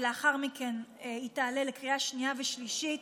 ולאחר מכן היא תעלה לקריאה שנייה ושלישית,